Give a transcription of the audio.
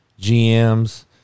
GMs